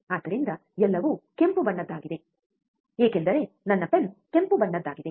ಆದ್ದರಿಂದ ಎಲ್ಲವೂ ಕೆಂಪು ಬಣ್ಣದ್ದಾಗಿದೆ ಏಕೆಂದರೆ ನನ್ನ ಪೆನ್ ಕೆಂಪು ಬಣ್ಣದ್ದಾಗಿದೆ